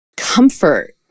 comfort